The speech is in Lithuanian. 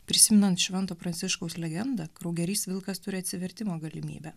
prisimenant švento pranciškaus legendą kraugerys vilkas turi atsivertimo galimybę